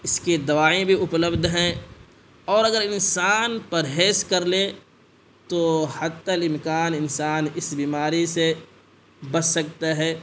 اس کی دوائیں بھی اپلبدھ ہیں اور اگر انسان پرہیز کر لے تو حتی الامکان انسان اس بیماری سے بچ سکتا ہے